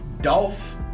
Dolph